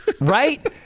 right